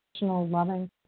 loving